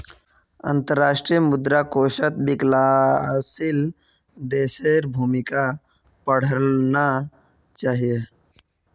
अंतर्राष्ट्रीय मुद्रा कोषत विकासशील देशेर भूमिका पढ़ना चाहिए